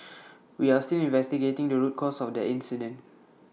we are still investigating the root cause of the incident